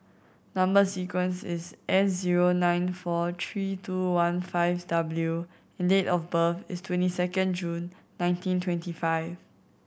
number sequence is S zero nine four three two one five W and date of birth is twenty two June nineteen twenty five